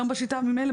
היום ממילא,